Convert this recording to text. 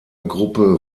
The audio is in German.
gruppe